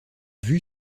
vue